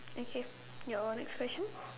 okay your next question